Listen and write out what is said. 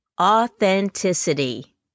Authenticity